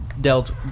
dealt